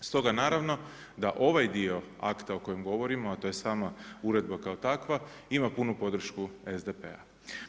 Stoga naravno, da ovaj dio akta o kojem govorimo, a to je sama uredba kao takva, ima punu podršku SDP-a.